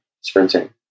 sprinting